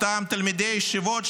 אותם תלמידי ישיבות,